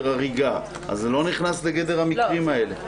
הריגה אז זה לא נכנס לגדר המקרים האלה.